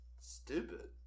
stupid